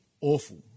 awful